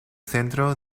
centro